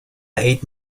ate